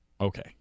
Okay